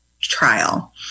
trial